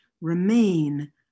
remain